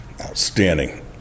outstanding